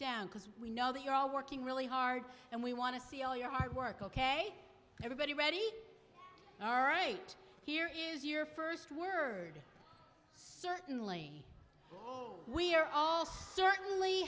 down because we know that you're all working really hard and we want to see all your hard work ok everybody ready all right here is your first word certainly we're all certainly